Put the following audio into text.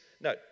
No